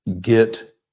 get